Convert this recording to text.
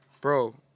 bro